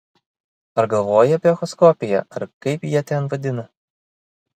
ar galvojai apie echoskopiją ar kaip jie ten vadina